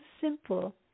simple